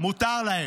--- מותר להם.